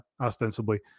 ostensibly